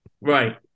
Right